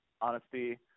Honesty